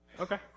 Okay